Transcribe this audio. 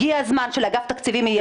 הגיע הזמן שלאגף תקציבים יהיה אכפת,